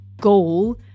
goal